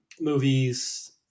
movies